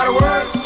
work